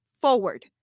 forward